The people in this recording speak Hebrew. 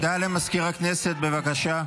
הודעה למזכיר הכנסת, בבקשה.